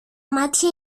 μάτια